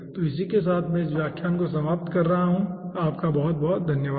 तो इसी के साथ मैं इस व्याख्यान को समाप्त कर रहा हूँ धन्यवाद